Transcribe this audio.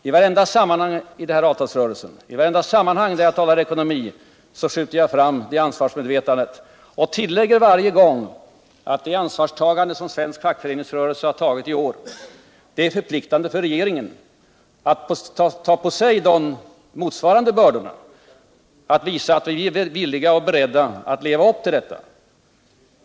I vartenda sammanhang i anslutning till den här avtalsrörelsen, i vartenda sammanhang där jag talar ekonomi skjuter jag fram det ansvarsmedvetandet, och jag tillägger varje gång att det ansvar som svensk fackföreningsrörelse har tagiti år är förpliktande för regeringen att ta på sig motsvarande börda, att visa att vi är villiga att leva upp till detta.